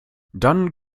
dann